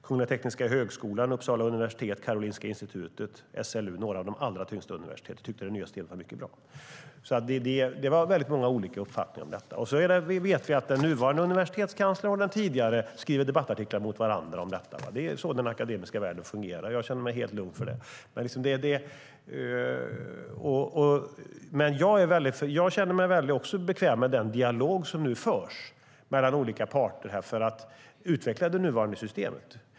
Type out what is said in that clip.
Kungliga Tekniska högskolan, Uppsala universitet, Karolinska Institutet och SLU - några av de allra tyngsta universiteten - tyckte att det nya systemet var mycket bra. Det fanns många olika uppfattningar om detta. Den nuvarande universitetskanslern och den tidigare skriver debattartiklar mot varandra om detta. Det är så den akademiska världen fungerar. Jag känner mig helt lugn. Jag känner mig också bekväm med den dialog som nu förs mellan olika parter för att utveckla det nuvarande systemet.